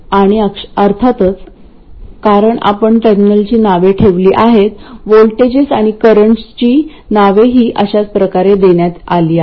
आणि अर्थातच कारण आपण टर्मिनलची नावे ठेवली आहेत व्होल्टेजेस आणि करंट्सची नावेही अशाच प्रकारे देण्यात आली आहेत